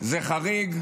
זה חריג.